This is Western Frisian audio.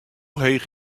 heech